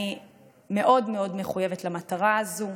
אני מאוד מאד מחויבת למטרה הזאת.